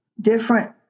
different